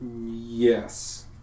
Yes